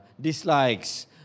Dislikes